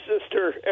sister